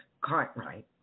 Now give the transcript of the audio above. Cartwright